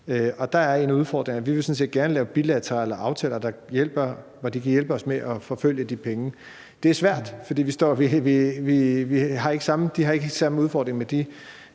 set gerne lave bilaterale aftaler, som gør, at de kan hjælpe os med at skaffe de penge, men det er svært, for de har ikke samme udfordring